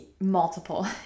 multiple